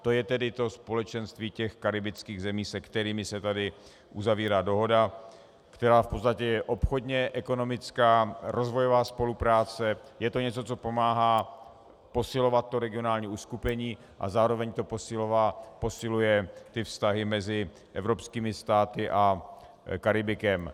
To je tedy to společenství těch karibských zemí, se kterými se tady uzavírá dohoda, která v podstatě je obchodně ekonomická, rozvojová spolupráce, je to něco, co pomáhá posilovat to regionální uskupení a zároveň to posiluje vztahy mezi evropskými státy a Karibikem.